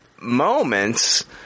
moments